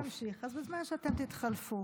הזמן ממשיך, אז בזמן שאתם תתחלפו.